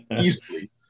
easily